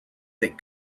that